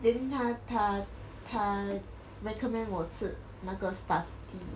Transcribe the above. then 他他他 recommend 我吃那个 stuff'd